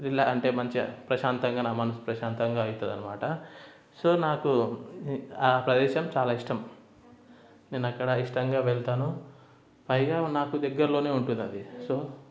రిల అంటే మంచిగా ప్రశాంతంగా నా మనసు ప్రశాంతంగా అవుతుంది అనమాట సో నాకు ఆ ప్రదేశం చాలా ఇష్టం నేను అక్కడ ఇష్టంగా వెళ్తాను పైగా నాకు దగ్గరలోనే ఉంటుంది అది సో